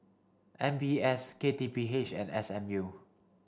M B S K T P H and S M U